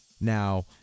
Now